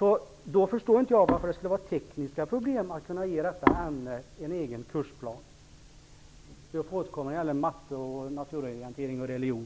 Jag förstår därför inte att det skulle finnas tekniska problem att ge ämnet en egen kursplan. Jag ber att få återkomma när det gäller matematik, naturorientering och religion.